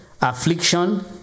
affliction